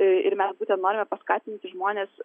ir mes būtent norime paskatinti žmones